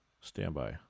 Standby